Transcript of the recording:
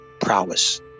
prowess